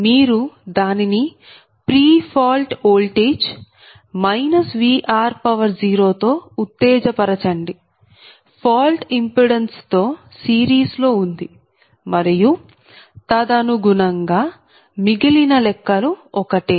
మీరు దానిని pre fault voltage Vr0 తో ఉత్తేజపరచండి ఫాల్ట్ ఇంపిడెన్స్ తో సిరీస్ లో ఉంది మరియు తదనుగుణంగా మిగిలిన లెక్కలు ఒకటే